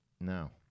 No